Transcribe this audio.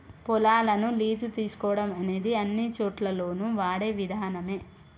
పొలాలను లీజు తీసుకోవడం అనేది అన్నిచోటుల్లోను వాడే విధానమే